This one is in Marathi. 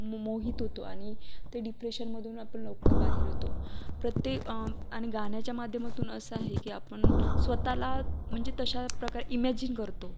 मो मोहित होतो आणि ते डिप्रेशनमधून आपण लवकर बाहेर येतो प्रत्येक आणि गाण्याच्या माध्यमातून असं आहे की आपण स्वत ला म्हणजे तशा प्रकारे इमॅजिन करतो